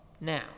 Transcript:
now